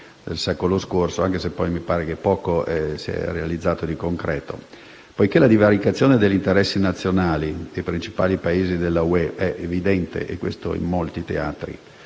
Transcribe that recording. del secolo scorso, anche se poi poco si è realizzato di concreto; poiché la divaricazione degli interessi nazionali dei principali Paesi dell'Unione europea è evidente in molti teatri,